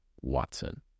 Watson